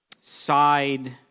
side